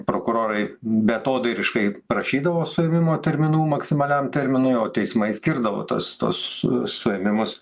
prokurorai beatodairiškai prašydavo suėmimo terminų maksimaliam terminui o teismai skirdavo tuos tuos suėmimus